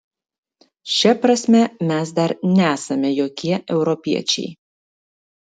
šia prasme mes dar nesame jokie europiečiai